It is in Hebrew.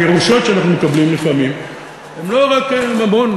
הירושות שאנחנו מקבלים לפעמים הן לא רק ממון,